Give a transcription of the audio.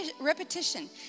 Repetition